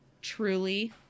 truly